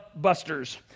busters